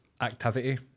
activity